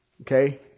Okay